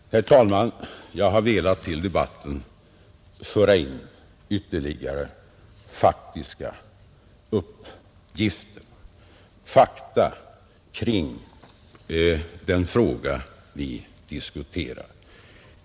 Herr talman! Jag har velat i debatten föra in ytterligare faktiska uppgifter, fakta kring den fråga vi diskuterar.